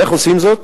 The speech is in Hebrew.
איך עושים זאת?